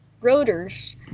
rotors